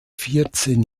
vierzehn